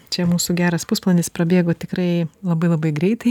čia mūsų geras pusvalandis prabėgo tikrai labai labai greitai